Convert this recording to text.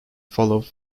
followed